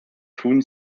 tun